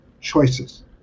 Choices